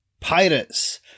pirates